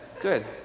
good